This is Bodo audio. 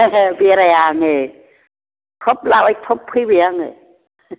ओहो बेराया आङो थब लाबाय थब फैबाय आङो